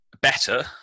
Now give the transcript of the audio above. better